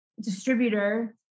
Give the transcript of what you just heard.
Distributor